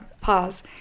Pause